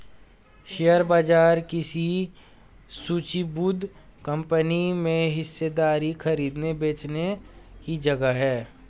share बाजार किसी सूचीबद्ध कंपनी में हिस्सेदारी खरीदने बेचने की जगह है